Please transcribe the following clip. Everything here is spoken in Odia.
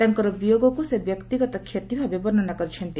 ତାଙ୍କର ବିୟୋଗକୁ ସେ ବ୍ୟକ୍ତିଗତ କ୍ଷତି ଭାବେ ବର୍ଣ୍ଣନା କରିଛନ୍ତି